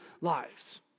lives